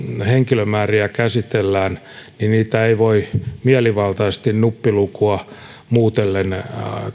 henkilömääriä käsitellään niin niitä ei voi mielivaltaisesti nuppilukua muutellen